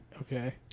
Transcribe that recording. Okay